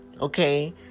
okay